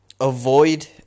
avoid